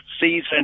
season